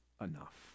enough